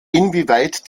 inwieweit